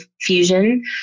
fusion